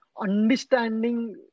understanding